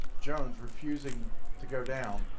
jones refusing to go down.